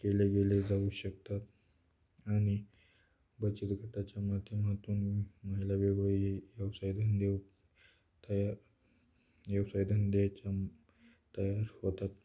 केले गेले जाऊ शकतात आणि बचत गटाच्या माध्यमातून महिला वेगळे व्यवसायधंदे तया व्यवसाय धंदेच्या तयार होतात